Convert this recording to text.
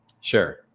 Sure